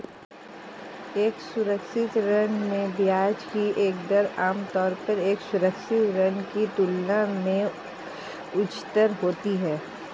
एक असुरक्षित ऋण में ब्याज की दर आमतौर पर एक सुरक्षित ऋण की तुलना में उच्चतर होती है?